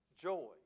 joy